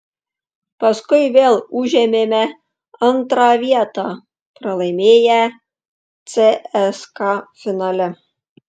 paskui vėl užėmėme antrą vietą pralaimėję cska finale